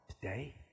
today